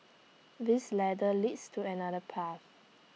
this ladder leads to another path